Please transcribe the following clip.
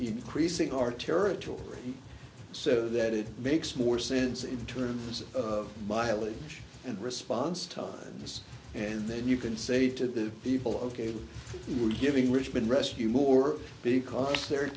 increasing our territory so that it makes more sense in terms of mileage and response times and then you can say to the people ok we're giving richmond rescue more because they're